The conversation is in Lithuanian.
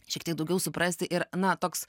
šiek tiek daugiau suprasti ir na toks